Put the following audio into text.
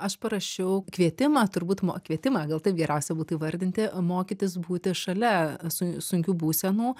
aš parašiau kvietimą turbūt mo kvietimą gal taip geriausia būtų įvardinti mokytis būti šalia su sunkių būsenų